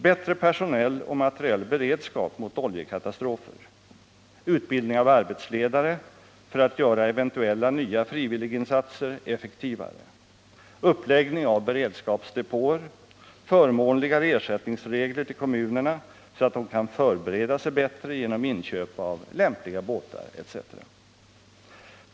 Bättre personell och materiell beredskap mot oljekatastrofer — utbildning av arbetsledare för att göra eventuella nya frivilliginsatser effektivare, uppläggning av beredskapsdepåer, förmånligare ersättningsregler till kommunerna så att de kan förbereda sig bättre genom inköp av lämpliga båtar etc.